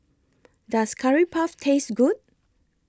Does Curry Puff Taste Good